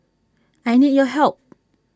I need your help